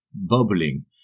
bubbling